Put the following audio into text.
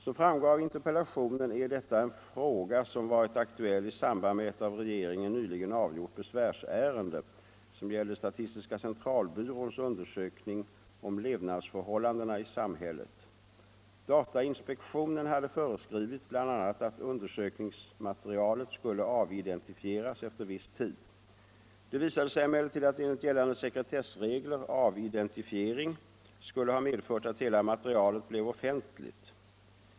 Som framgår av interpellationen är detta en fråga som varit aktuell i samband med ett av regeringen nyligen avgjort besvärsärende, som gällde statistiska centralbyråns undersökning om levnadsförhållandena i samhället. Datainspektionen hade föreskrivit bl.a. att undersökningsmaterialet skulle avidentifieras efter viss tid. Det visade sig emellertid att enligt gällande sekretessregler avidentifiering skulle ha medfört att hela materialet blev offentligt.